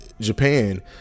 Japan